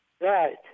Right